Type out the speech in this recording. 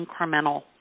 incremental